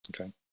Okay